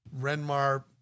Renmar